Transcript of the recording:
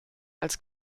als